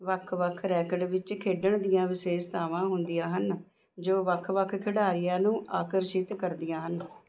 ਵੱਖ ਵੱਖ ਰੈਕੇਟ ਵਿੱਚ ਖੇਡਣ ਦੀਆਂ ਵਿਸ਼ੇਸ਼ਤਾਵਾਂ ਹੁੰਦੀਆਂ ਹਨ ਜੋ ਵੱਖ ਵੱਖ ਖਿਡਾਰੀਆਂ ਨੂੰ ਆਕਰਸ਼ਿਤ ਕਰਦੀਆਂ ਹਨ